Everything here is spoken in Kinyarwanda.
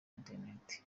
internet